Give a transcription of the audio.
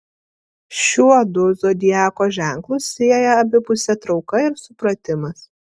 šiuodu zodiako ženklus sieja abipusė trauka ir supratimas